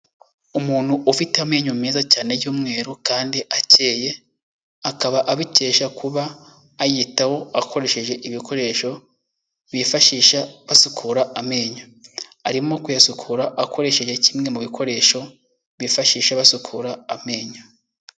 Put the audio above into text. Umuntu ufite amenyo meza cyane y'umweru kandi akeye, akaba abikesha kuba ayitaho akoresheje ibikoresho bifashisha basukura amenyo, arimo kuyasukura akoresheje kimwe mu bikoresho bifashisha basukura amenyo.